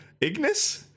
Ignis